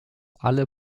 alle